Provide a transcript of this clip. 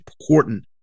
important